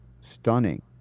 stunning